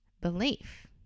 belief